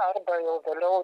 arba jau vėliau